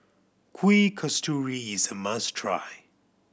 Kuih Kasturi is a must try